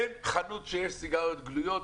ואין חנות שיש בה סיגריות גלויות.